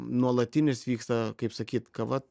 nuolatinis vyksta kaip sakyt kava